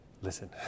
listen